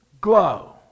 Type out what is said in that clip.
Glow